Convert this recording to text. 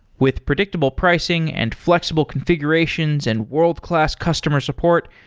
with predictable pricing and flexible configurations and world-class customer support,